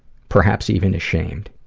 perhaps even ashamed.